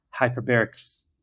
hyperbarics